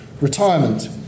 retirement